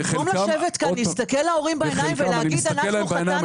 במקום לשבת כאן להסתכל להורים בעיניים ולהגיד אנחנו חטאנו,